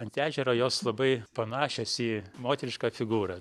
ant ežero jos labai panašios į moterišką figūrą